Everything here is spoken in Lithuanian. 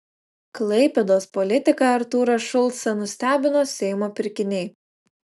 klaipėdos politiką artūrą šulcą nustebino seimo pirkiniai